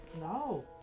No